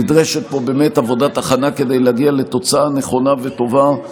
נדרשת פה באמת עבודת הכנה כדי להגיע לתוצאה נכונה וטובה.